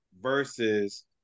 versus